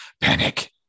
panic